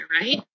right